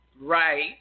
Right